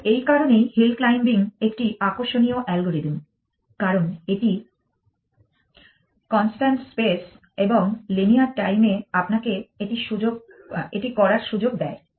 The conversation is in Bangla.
তাই এই কারণেই হিল ক্লাইম্বিং একটি আকর্ষণীয় অ্যালগরিদম কারণ এটি কনস্ট্যান্ট স্পেস এবং লিনিয়ার টাইমে আপনাকে এটি করার সুযোগ দেয়